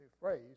phrase